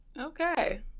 okay